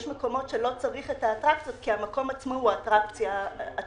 יש מקומות שלא צריך את האטרקציות כי המקום עצמו הוא האטרקציה עצמה.